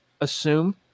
assume